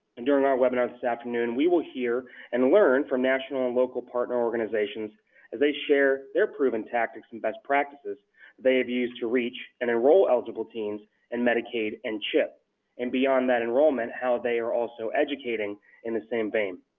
during our webinar this afternoon, we will hear and learn from national and local partner organizations as they share their proven tactics and best practices they have used to reach and enroll eligible teens in medicaid and chip and, beyond that enrollment, how they are also educating in the same vein.